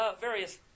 Various